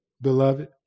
beloved